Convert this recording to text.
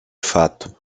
fato